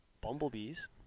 bumblebees